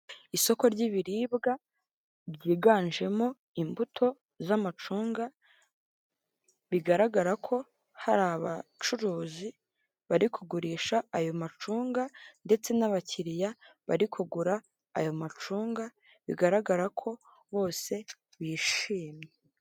Isoko ry'ibiribwa ryiganjemo imbuto z'amacunga bigaragara ko hari abacuruzi bari kugurisha ayo macunga, ndetse n'abakiliya bari kugura ayo macunga bigaragara ko bose bishimye.